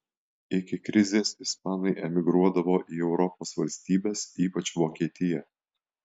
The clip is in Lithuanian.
iki krizės ispanai emigruodavo į europos valstybes ypač vokietiją